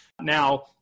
Now